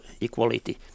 equality